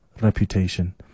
reputation